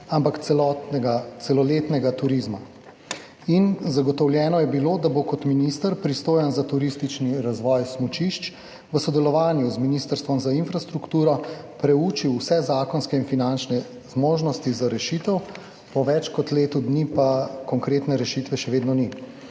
ampak tudi celoletnega turizma. Zagotovljeno je bilo, da bo kot minister, pristojen za turistični razvoj smučišč, v sodelovanju z Ministrstvom za infrastrukturo preučil vse zakonske in finančne zmožnosti za rešitev, po več kot letu dni pa konkretne rešitve še vedno ni.